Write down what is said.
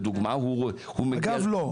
אגב, לא.